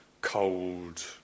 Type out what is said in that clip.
cold